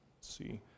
see